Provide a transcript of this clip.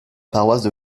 paroisse